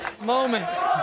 moment